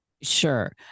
sure